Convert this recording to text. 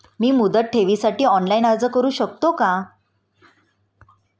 मी मुदत ठेवीसाठी ऑनलाइन अर्ज करू शकतो का?